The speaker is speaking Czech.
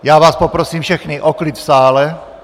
Já vás poprosím všechny o klid v sále.